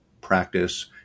practice